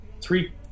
three